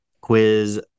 quiz